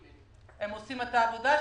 הם עושים את העבודה שלהם,